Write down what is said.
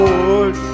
Lord